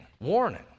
warning